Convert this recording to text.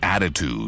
attitude